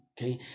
okay